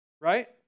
Right